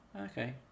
okay